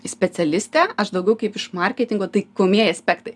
specialistė aš daugiau kaip iš marketingo taikomieji aspektai